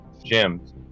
gyms